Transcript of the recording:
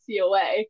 COA